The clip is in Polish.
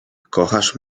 kochasz